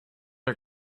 her